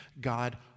God